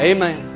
Amen